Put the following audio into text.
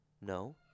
No